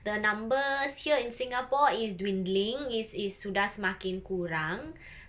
the numbers here in singapore is dwindling is is sudah semakin kurang